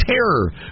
terror